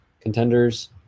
contenders